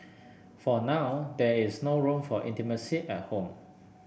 for now there is no room for intimacy at home